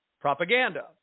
propaganda